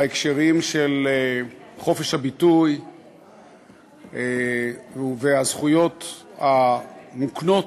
בהקשרים של חופש הביטוי והזכויות המוקנות